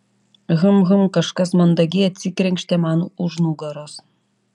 hm hm kažkas mandagiai atsikrenkštė man už nugaros